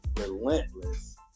Relentless